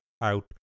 out